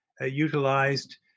utilized